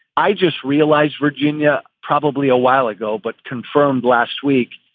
i just realized virginia probably a while ago, but confirmed last week.